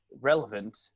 relevant